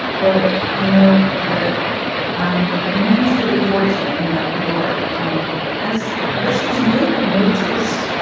but i know that i'm unusually fortunate in that regard. um as listeners may have noticed,